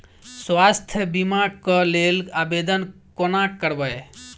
स्वास्थ्य बीमा कऽ लेल आवेदन कोना करबै?